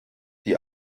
die